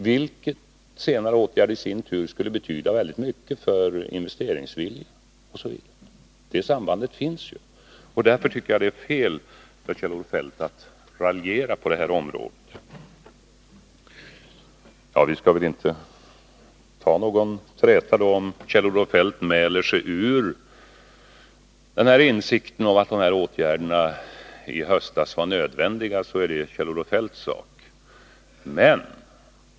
Den senare åtgärden skulle i sin tur betyda väldigt mycket för investeringsviljan. Det sambandet finns. Därför tycker jag att det är fel av Kjell-Olof Feldt att raljera på det här området. Vi skall inte träta. Om Kjell-Olof Feldt mäler sig ur insikten om att åtgärderna i höstas var nödvändiga är det Kjell-Olof Feldts sak.